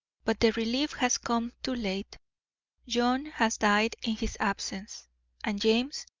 but the relief has come too late john has died in his absence and james,